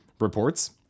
reports